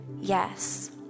yes